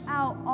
out